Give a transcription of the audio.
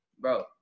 bro